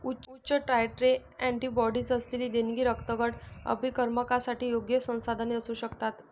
उच्च titre antibodies असलेली देणगी रक्तगट अभिकर्मकांसाठी योग्य संसाधने असू शकतात